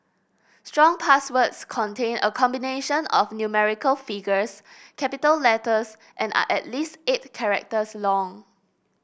strong passwords contain a combination of numerical figures capital letters and are at least eight characters long